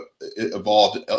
evolved